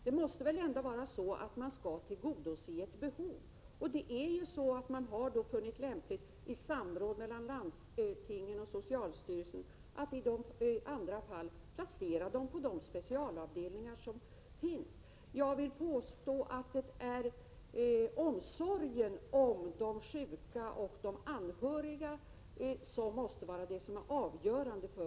Det måste väl ändå vara så att man skall tillgodose ett behov. Man har då funnit lämpligt, i samråd mellan landstingen och socialstyrelsen, att i andra fall placera patienterna på de specialavdelningar som finns. Jag vill påstå att det är omsorgen om de sjuka och de anhöriga som måste vara avgörande för